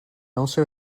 also